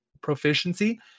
proficiency